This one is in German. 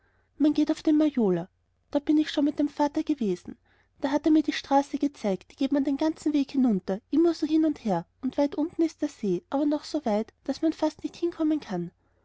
man geht auf den maloja dort bin ich schon mit dem vater gewesen da hat er mir die straße gezeigt die geht den ganzen weg hinunter immer so hin und her und weit unten ist der see aber noch so weit daß man fast nicht hinkommen kann